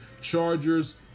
Chargers